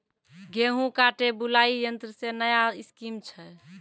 गेहूँ काटे बुलाई यंत्र से नया स्कीम छ?